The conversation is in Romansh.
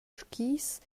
skis